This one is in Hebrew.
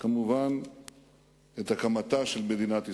כמובן את הקמתה של מדינת ישראל.